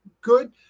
good